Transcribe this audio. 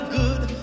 good